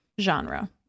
genre